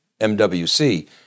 MWC